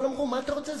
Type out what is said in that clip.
אבל אמרו: מה אתה רוצה,